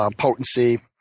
um potency.